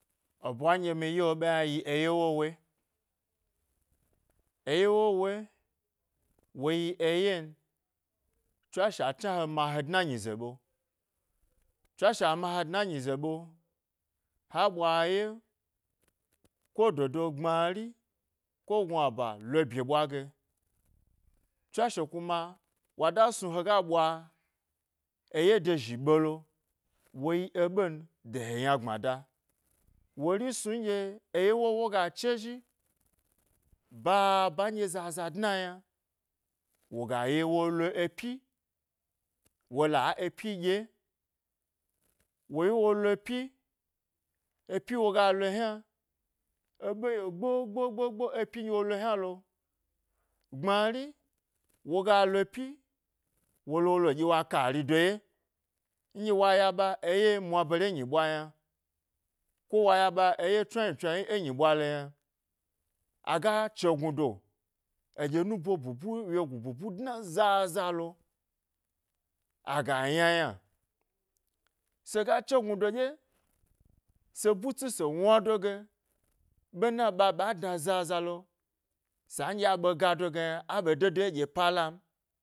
Ebwa nɗye mi yewo ɓe yna yi eye wowoi, eye wowoi, woyi eyen tswashe a dna he ma he dna nyize ɓe, tswashe a make, dna enyize ɓe ha ɓwa eye, ko dodo gbmari, ko gnuba, lo bye ɓwa ge tswashe kuma wada snu hega ɓwa-eye do zhi ɓelo woyi eɓen gye he yna gbmada wori snu nɗye eye wowoyi ga che zhi ba ba nɗye zaza, dna yna woga ye wo lo epyi wola epyi ɗye woye wo lo pyi, epyi wo ga lo yna, eɓe yi'o gbo gbo gbo gbo, e epyi wo lo yna lo gbmari, woga lo'pyi wolo wolo ɗye wa kari do ye nɗye wa ɓa eye mwa bare enyi ɓwa yna ko wa yaɓa eye chnanchnawyi e nyi ɓwa lo yna aga chegnudo, aɗye nubo ɓu buwo wyegu bubu dna e zazaza lo, aga yna yna sega chegnudo dye, se butsi se wnado ge ɓena ɓaɓa dna zazalo, sa nɗye agado ge yna aɓe dedo ye ɗye palam.